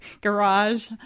garage